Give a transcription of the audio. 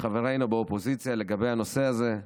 מחברינו באופוזיציה לגבי הנושא הזה.